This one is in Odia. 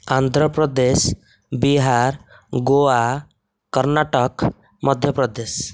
ଆନ୍ଧ୍ରପ୍ରଦେଶ ବିହାର ଗୋଆ କର୍ଣ୍ଣାଟକ ମଧ୍ୟପ୍ରଦେଶ